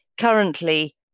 currently